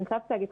אני חייבת לומר,